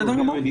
בסדר גמור.